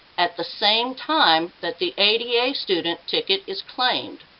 at the same time that the ada student ticket is claimed.